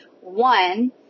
One